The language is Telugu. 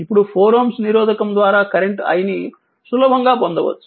ఇప్పుడు 4 Ω నిరోధకం ద్వారా కరెంట్ i ని సులభంగా పొందవచ్చు